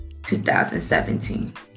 2017